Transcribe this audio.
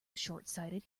shortsighted